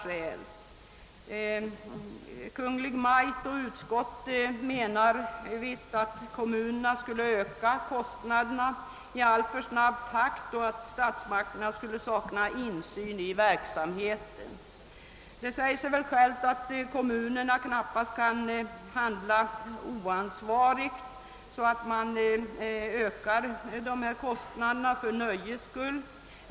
Kungl. Maj:t och utskottet menar att kommunerna skulle öka kostnaderna i alltför snabb takt och att statsmakterna skulle sakna insyn i verksamheten. Det säger sig självt att kommunerna knappast kan handla oansvarigt och därigenom öka kostnaderna enbart för nöjes skull.